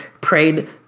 prayed